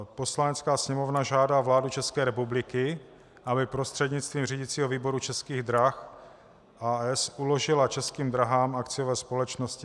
Poslanecká sněmovna žádá vládu ČR, aby prostřednictvím řídicího výboru Českých drah, a. s., uložila Českým dráhám, akciové společnosti: